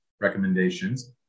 recommendations